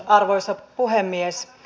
arvoisa puhemies